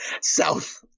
South